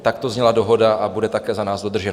Takto zněla dohoda a bude také za nás dodržena.